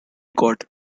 god